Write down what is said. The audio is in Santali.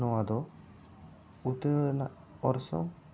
ᱱᱚᱣᱟ ᱫᱚ ᱩᱛᱟᱹᱨ ᱨᱮᱱᱟᱜ ᱚᱨᱥᱚᱝ